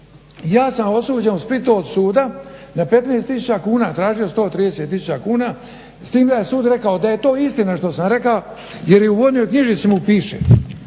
Ja sam osuđen u Splitu od suda na 15 tisuća kuna, tražio 130 tisuća kuna. S tim da je sud rekao da je to istina što sam rekao jer je u vojnoj knjižici mu piše